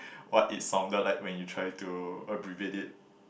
what it sounded like when you try to abbreviate it